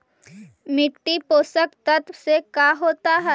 मिट्टी पोषक तत्त्व से का होता है?